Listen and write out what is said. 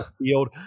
field